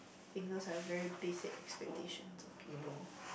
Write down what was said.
fingers that have are very basic expectations of the people